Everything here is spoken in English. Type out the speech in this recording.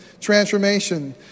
transformation